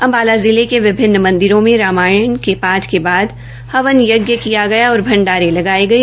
अम्बाला जिले के विभिन्न मंदिरों में रामायण के पाठ के बाद हवन यज्ञ किया गया और भंडारे लगाये गये